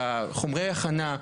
בחומרי הכנה,